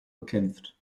bekämpft